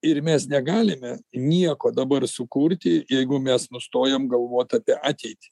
ir mes negalime nieko dabar sukurti jeigu mes nustojam galvot apie ateitį